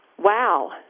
Wow